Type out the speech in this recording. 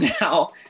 now